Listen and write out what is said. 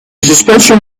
suspension